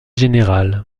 general